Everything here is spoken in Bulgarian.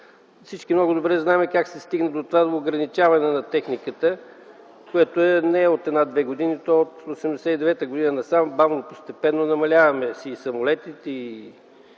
Всички много добре знаем как се стигна до това ограничаване на техниката, което не е от една-две години, то е от 1989 г. насам. Бавно и постепенно намаляваме самолетите